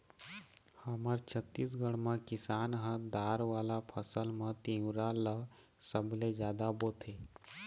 हमर छत्तीसगढ़ म किसान ह दार वाला फसल म तिंवरा ल सबले जादा बोथे